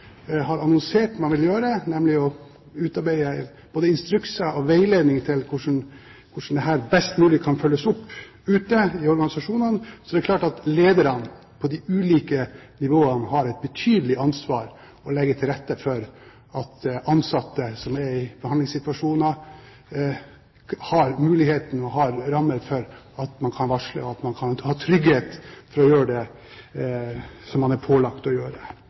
har annonsert at man vil gjøre, nemlig å utarbeide både instrukser og veiledning til hvordan dette best mulig kan følges opp ute i organisasjonene, er det klart at lederne på de ulike nivåene har et betydelig ansvar for å legge til rette for at ansatte som er i behandlingssituasjoner, har muligheten til og rammer for at man kan varsle, og at man har trygghet for å gjøre det som man er pålagt å gjøre.